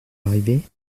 arrivé